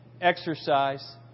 exercise